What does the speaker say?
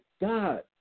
God